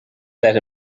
set